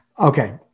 Okay